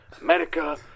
America